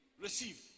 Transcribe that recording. receive